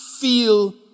feel